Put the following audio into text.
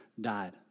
died